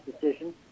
decision